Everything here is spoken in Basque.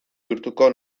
bihurtuko